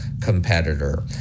competitor